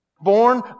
born